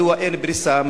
מדוע אין פריסה,